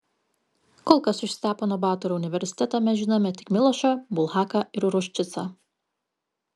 kol kas iš stepono batoro universiteto mes žinome tik milošą bulhaką ir ruščicą